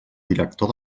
director